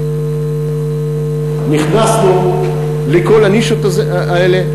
נכנסו לכל הנישות האלה,